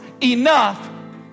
enough